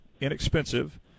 inexpensive